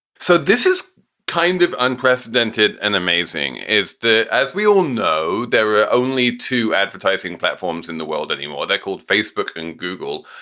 so this is kind of unprecedented and amazing is that, as we all know, there are only two advertising platforms in the world anymore. they're called facebook and google.